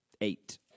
Eight